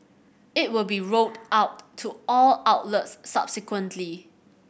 it will be rolled out to all outlets subsequently